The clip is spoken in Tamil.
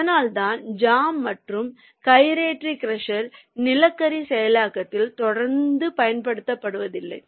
அதனால்தான் ஜா மற்றும் கைரேட்டரி க்ரஷர் நிலக்கரி செயலாக்கத்தில் தொடர்ந்து பயன்படுத்தப்படுவதில்லை